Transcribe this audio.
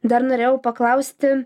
dar norėjau paklausti